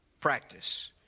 practice